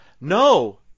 No